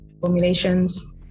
formulations